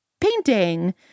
painting